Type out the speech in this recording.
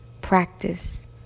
practice